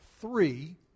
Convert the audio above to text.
three